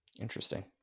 Interesting